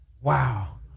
Wow